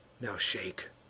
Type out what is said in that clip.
now shake,